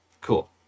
cool